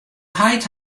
heit